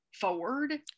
forward